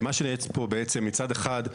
מצד אחד,